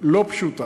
לא פשוטה.